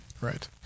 right